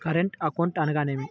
Current account అనగా ఏమిటి?